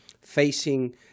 facing